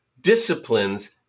disciplines